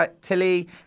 Tilly